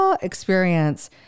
experience